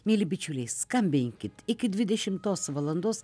mieli bičiuliai skambinkit iki dvidešimtos valandos